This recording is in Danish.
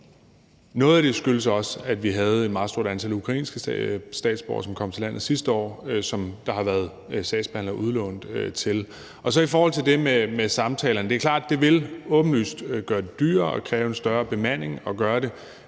noget af det skyldes også, at vi havde et meget stort antal ukrainske statsborgere, som kom til landet sidste år, og som der har været udlånt sagsbehandlere til. I forhold til det med samtalerne er det klart, at det åbenlyst vil gøre det dyrere og vil kræve en større bemanding. Vi har lavet